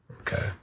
Okay